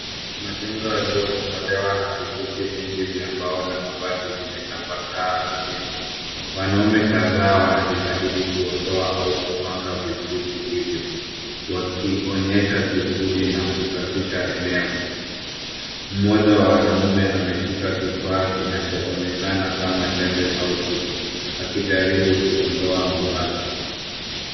Majengo yaliyobomolewa na vifusi vingi vya mbao na mabati vimetapakaa ardhini. Wanaume kadhaa wanajitahidi kuondoa au kupanga vifusi hivi, wakionyesha juhudi na kusafisha eneo. Mmoja wa wanaume ameshika kifaa kinachoonekana kama jembe au fito, akijaribu kuondoa mabaki.